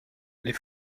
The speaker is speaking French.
les